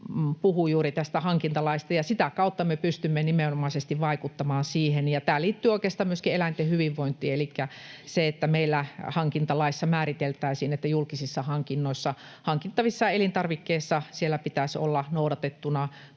puhui juuri tästä hankintalaista — ja sitä kautta me pystymme nimenomaisesti vaikuttamaan siihen. Ja tämä liittyy oikeastaan myöskin eläinten hyvinvointiin. Elikkä se, että meillä hankintalaissa määriteltäisiin, että julkisissa hankinnoissa hankittavissa elintarvikkeissa pitäisi olla noudatettuna